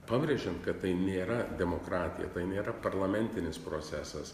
pabrėžiant kad tai nėra demokratija tai nėra parlamentinis procesas